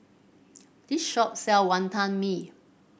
this shop sell Wonton Mee